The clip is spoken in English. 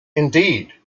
indeed